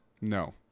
No